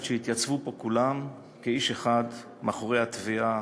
שהתייצבו פה כולם כאיש אחד מאחורי התביעה